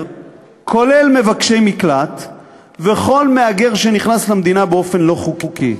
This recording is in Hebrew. כולל מבקשי מקלט וכל מהגר שנכנס למדינה באופן לא חוקי.